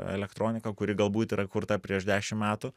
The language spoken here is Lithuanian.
elektroniką kuri galbūt yra kurta prieš dešim metų